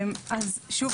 אז שוב,